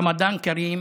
רמדאן כרים.